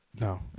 No